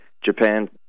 Japan